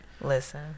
Listen